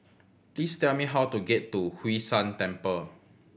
please tell me how to get to Hwee San Temple